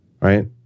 Right